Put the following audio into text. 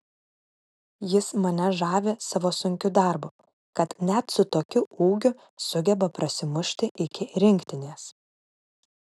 jis mane žavi savo sunkiu darbu kad net su tokiu ūgiu sugeba prasimušti iki rinktinės